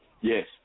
Yes